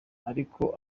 ariko